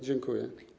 Dziękuję.